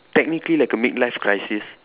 technically like a mid life crisis